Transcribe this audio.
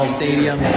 stadium